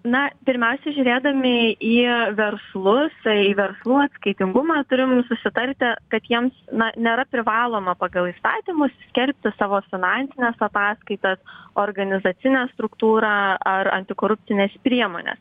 na pirmiausiai žiūrėdami į verslus tai į verslų atskaitingumą turim susitarti kad jiems na nėra privaloma pagal įstatymus skelbti savo finansines ataskaitas organizacinę struktūrą ar antikorupcines priemones